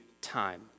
time